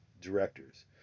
directors